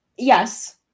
Yes